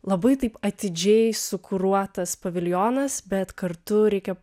labai taip atidžiai sukuruotas paviljonas bet kartu reikia